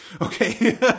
okay